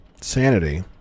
sanity